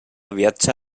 viatja